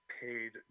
paid